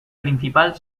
principal